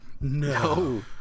No